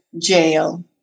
jail